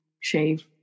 shave